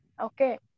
Okay